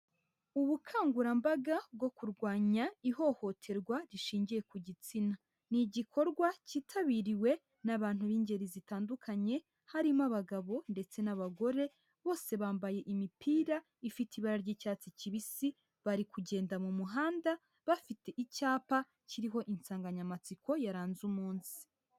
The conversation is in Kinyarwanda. Ubukangurambaga bwo kurwanya ihohoterwa rishingiye ku gitsina. Ni igikorwa cyitabiriwe n'abantu b'ingeri zitandukanye harimo abagabo ndetse n'abagore bose bambaye imipira ifite ibara ry'icyatsi kibisi bari kugenda mu muhanda bafite icyapa kiriho insanganyamatsiko yaranze umunsi.